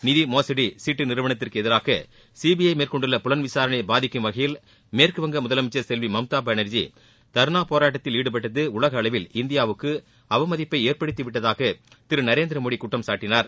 நிதி மோசடி சீட்டு நிறுவனத்திற்கு எதிராக சிபிஐ மேற்கொண்டுள்ள புலன்விசாரணையை பாதிக்கும் வகையில் மேற்கு வங்க முதலமைச்சர் செல்வி மம்தா பானர்ஜி தர்ணா போராட்டத்தில் ஈடுபட்டது உலக அளவில் இந்தியாவுக்கு அவமதிப்பை ஏற்படுத்தி விட்டதாக திரு நரேந்திரமோடி குற்றம் சாட்டினார்